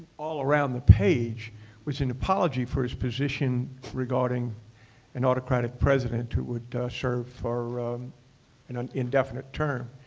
all around the page was an apology for his position regarding an autocratic president who would serve for an an indefinite term.